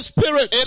Spirit